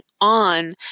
on